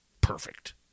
perfect